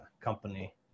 company